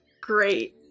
great